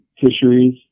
fisheries